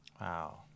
wow